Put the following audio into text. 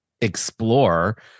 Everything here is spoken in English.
explore